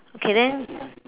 okay then